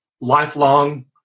lifelong